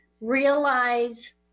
realize